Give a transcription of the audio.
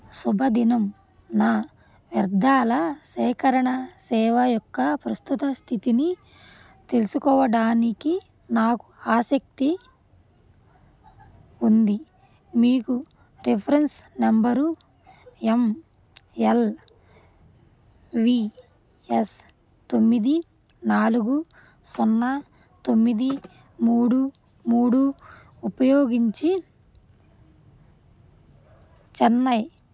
శుభదినం నా వ్యర్థాల సేకరణ సేవ యొక్క ప్రస్తుత స్థితిని తెలుసుకోవడానికి నాకు ఆసక్తి ఉంది మీకు reference number M L V S తొమ్మిది నాలుగు సున్నా తొమ్మిది మూడు మూడు ఉపయోగించి చెన్నై